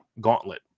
gauntlet